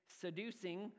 seducing